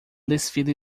desfile